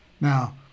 Now